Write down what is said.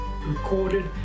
recorded